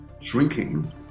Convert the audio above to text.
shrinking